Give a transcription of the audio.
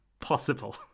possible